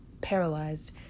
paralyzed